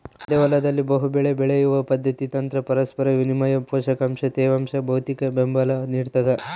ಒಂದೇ ಹೊಲದಲ್ಲಿ ಬಹುಬೆಳೆ ಬೆಳೆಯುವ ಪದ್ಧತಿ ತಂತ್ರ ಪರಸ್ಪರ ವಿನಿಮಯ ಪೋಷಕಾಂಶ ತೇವಾಂಶ ಭೌತಿಕಬೆಂಬಲ ನಿಡ್ತದ